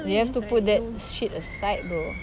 you have to put that shit aside bro